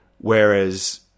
whereas